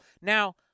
Now